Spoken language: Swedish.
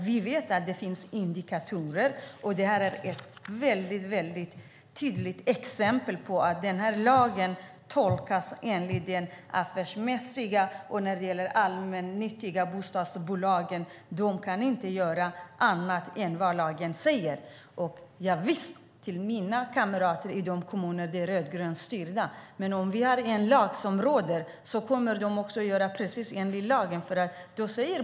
Vi vet att det finns indikatorer. Det finns tydliga exempel på att lagen tolkas affärsmässigt. De allmännyttiga bostadsbolagen kan inte göra annat än vad lagen säger. Visst kan jag prata med mina kamrater i de kommuner som är rödgrönt styrda. Men om vi har en lag som gäller kommer de också att göra precis enligt lagen.